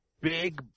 big